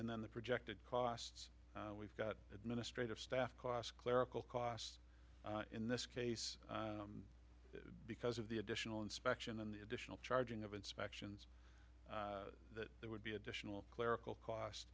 then the projected costs we've got administrative staff cost clerical costs in this case because of the additional inspection and the additional charging of inspections that there would be additional clerical cost